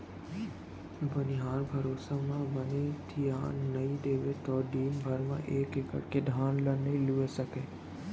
बनिहार भरोसा म बने धियान नइ देबे त दिन भर म एक एकड़ के धान ल नइ लूए सकें